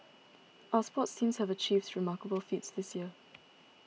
our sports teams have achieved remarkable feats this year